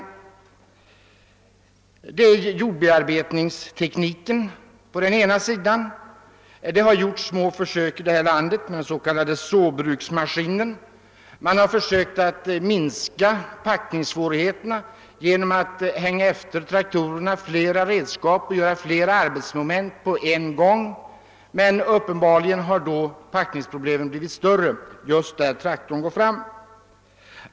När det gäller jordbearbetningstekniken har det gjorts försök här i landet med s.k. såbruksmaskiner. Man har försökt minska packningssvårigheterna genom att efter traktorerna hänga flera redskap och göra flera arbetsmoment samtidigt som man minskar trycket totalt genom färre körningar. Uppenbarligen har då packningsproblemen blivit större just där traktorn går fram.